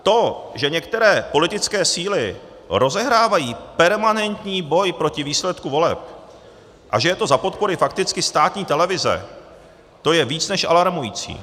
To, že některé politické síly rozehrávají permanentní boj proti výsledku voleb a že je to za podpory fakticky státní televize, to je víc než alarmující.